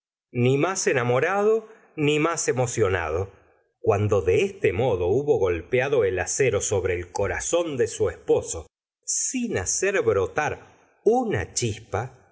ni más enamorado ni más emocionado cuando de este modo hubo golpeado el acero sobre el corazón de su esposo sin hacer brotar una chispa